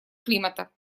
климата